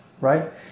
right